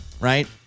right